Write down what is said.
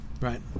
right